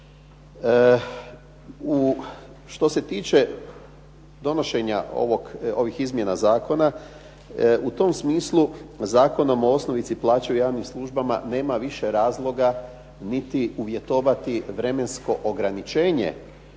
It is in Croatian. Što se tiče donošenja ovih izmjena zakona, u tom smislu Zakonom o osnovici plaće u javnim službama nema više razloga niti uvjetovati vremensko ograničenje